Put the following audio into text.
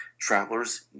travelers